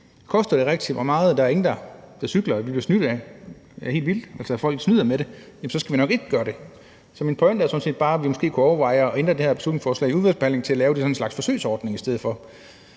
koster det rigtig meget, og der ikke er nogen der cykler, og folk snyder med det, så skal vi nok ikke gøre det. Så min pointe er sådan set bare, at vi måske kunne overveje at ændre det her beslutningsforslag i udvalgsbehandlingen, så der bliver tale om en slags forsøgsordning i stedet for.